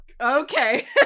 Okay